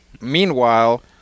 meanwhile